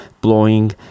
blowing